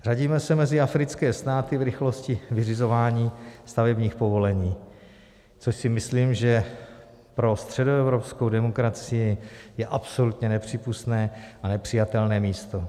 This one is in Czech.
Řadíme se mezi africké státy v rychlosti vyřizování stavebních povolení, což si myslím, že pro středoevropskou demokracii je absolutně nepřípustné a nepřijatelné místo.